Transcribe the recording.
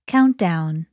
Countdown